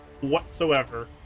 whatsoever